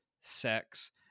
sex